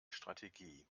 strategie